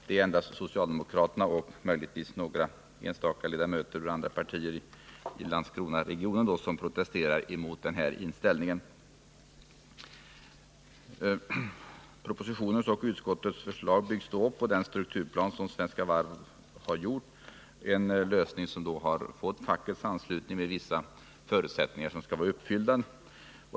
Det är endast socialdemokraterna och möjligtvis några enstaka ledamöter från Landskronaregionen i andra partier som protesterar mot denna inställning. Propositionens och utskottsbetänkandets förslag bygger på den strukturplan som Svenska Varv har gjort — en lösning som har fått fackets anslutning under vissa förutsättningar som skall vara uppfyllda.